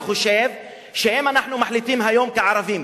אני חושב שאם אנחנו מחליטים היום כערבים,